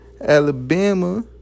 Alabama